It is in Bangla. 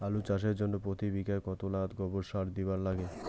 আলু চাষের জইন্যে প্রতি বিঘায় কতোলা গোবর সার দিবার লাগে?